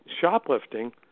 shoplifting